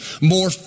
more